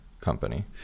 company